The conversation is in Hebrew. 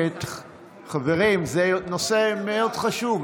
חברים, זה נושא מאוד חשוב.